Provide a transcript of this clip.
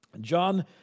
John